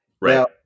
Right